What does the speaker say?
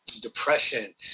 depression